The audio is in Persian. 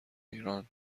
ایران